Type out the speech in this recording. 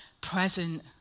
present